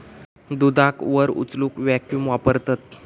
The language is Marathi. दुधाक वर उचलूक वॅक्यूम वापरतत